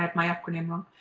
like my acronym wrong.